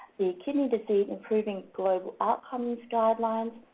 kidney disease improving global outcomes guidelines,